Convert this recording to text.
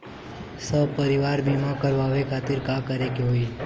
सपरिवार बीमा करवावे खातिर का करे के होई?